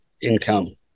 income